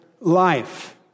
life